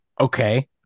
Okay